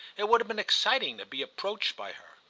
it would have been exciting to be approached by her,